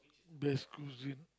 best cuisine